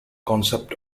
concept